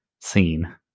seen